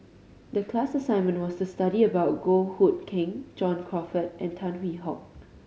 the class assignment was to study about Goh Hood Keng John Crawfurd and Tan Hwee Hock